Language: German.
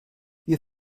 wir